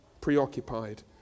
preoccupied